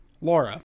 Laura